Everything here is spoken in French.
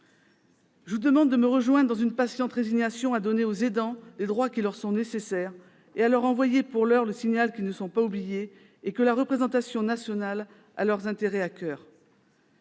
Je vous demande de me rejoindre dans une patiente détermination à donner aux aidants les droits qui leur sont nécessaires, et à leur adresser pour l'heure le signal qu'ils ne sont pas oubliés et que la représentation nationale prend leurs intérêts à coeur.